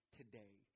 today